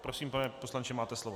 Prosím, pane poslanče, máte slovo.